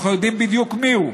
אנחנו יודעים בדיוק מיהו,